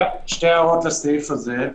שתי הערות לסעיף הזה.